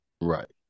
right